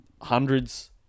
hundreds